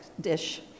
dish